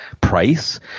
price